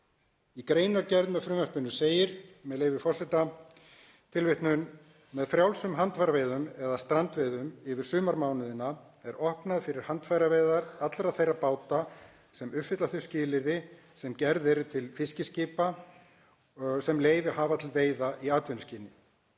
Í greinargerð með frumvarpinu segir, með leyfi forseta: „Með frjálsum handfæraveiðum, eða strandveiðum, yfir sumarmánuðina er opnað fyrir handfæraveiðar allra þeirra báta sem uppfylla þau skilyrði sem gerð eru til fiskiskipa sem leyfi hafa til veiða í atvinnuskyni.